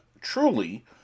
truly